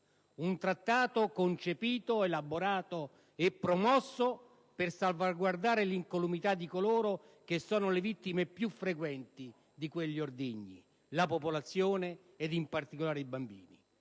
un trattato concepito, elaborato e promosso per salvaguardare l'incolumità di coloro che sono le vittime più frequenti di quegli ordigni, ossia la popolazione e in particolare i bambini.